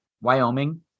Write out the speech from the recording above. Wyoming